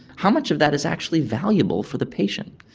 how much of that is actually valuable for the patient?